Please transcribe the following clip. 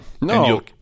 no